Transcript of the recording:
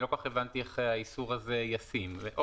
אני לא כל כך הבנתי איך האיסור הזה ישים זה